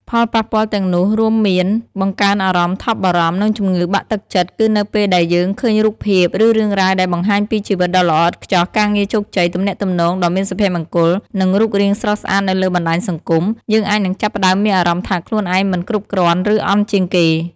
ផលប៉ះពាល់ទាំងនោះរួមមាន បង្កើនអារម្មណ៍ថប់បារម្ភ និងជំងឺបាក់ទឹកចិត្តគឺនៅពេលដែលយើងឃើញរូបភាព ឬរឿងរ៉ាវដែលបង្ហាញពីជីវិតដ៏ល្អឥតខ្ចោះ ការងារជោគជ័យ ទំនាក់ទំនងដ៏មានសុភមង្គល និងរូបរាងស្រស់ស្អាតនៅលើបណ្ដាញសង្គម យើងអាចនឹងចាប់ផ្ដើមមានអារម្មណ៍ថាខ្លួនឯងមិនគ្រប់គ្រាន់ ឬអន់ជាងគេ។